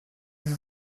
wir